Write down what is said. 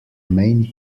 main